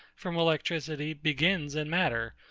from electricity, begins in matter,